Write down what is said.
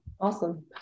Awesome